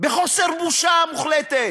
בחוסר בושה מוחלט.